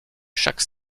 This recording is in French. chaque